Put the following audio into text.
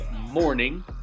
morning